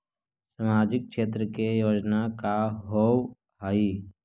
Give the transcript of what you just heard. सामाजिक क्षेत्र के योजना का होव हइ?